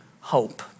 Hope